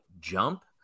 jump